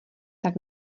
tak